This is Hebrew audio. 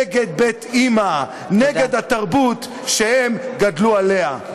נגד בית אימא, נגד התרבות שהם גדלו עליה.